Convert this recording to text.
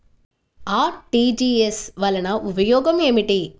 RTGS వలన ఉపయోగం ఏమిటీ?